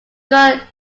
called